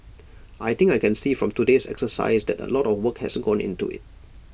I think I can see from today's exercise that A lot of work has gone into IT